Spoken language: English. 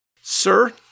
Sir